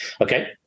Okay